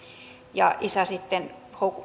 ja isille sitten